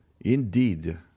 Indeed